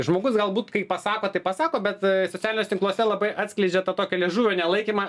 žmogus galbūt kai pasako tai pasako bet socialiniuose tinkluose labai atskleidžia tą tokio liežuvio nelaikymą